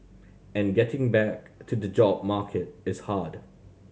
and getting back to the job market is hard